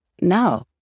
No